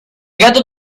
gato